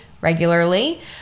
regularly